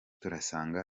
turasanga